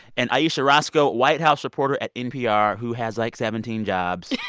and ayesha roscoe, white house reporter at npr, who has, like, seventeen jobs.